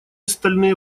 стальные